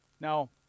Now